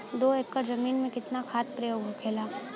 दो एकड़ जमीन में कितना खाद के प्रयोग होखेला?